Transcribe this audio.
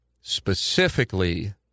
specifically